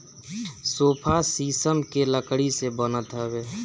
sofa शीशम के लकड़ी से बनत हवे